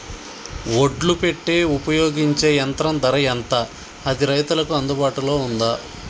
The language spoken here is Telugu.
ఒడ్లు పెట్టే ఉపయోగించే యంత్రం ధర ఎంత అది రైతులకు అందుబాటులో ఉందా?